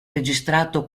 registrato